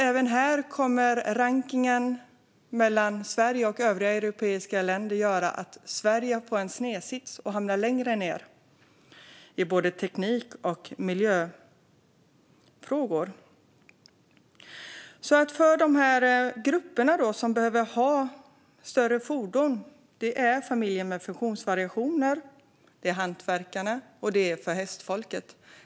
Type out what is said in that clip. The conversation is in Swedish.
Även här kommer rankningen mellan Sverige och övriga europeiska länder att göra att Sverige får en snedsits och hamnar längre ned i teknik och miljöfrågor. De grupper som behöver större fordon är familjer där det finns funktionsvariationer, hantverkare och hästfolk.